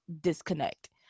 disconnect